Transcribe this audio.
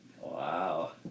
Wow